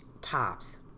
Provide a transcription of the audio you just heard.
tops